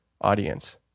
audience